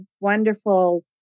wonderful